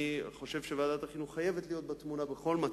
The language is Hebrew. אני חושב שוועדת החינוך חייבת להיות בתמונה בכל מצב.